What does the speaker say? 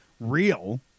real